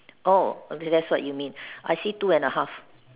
oh okay that's what you mean I see two and a half